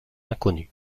inconnue